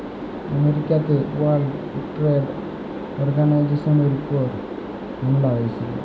আমেরিকাতে world trade অর্গালাইজেশলের উপর হামলা হঁয়েছিল